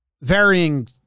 varying